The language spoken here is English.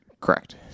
Correct